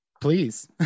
Please